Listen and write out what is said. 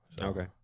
Okay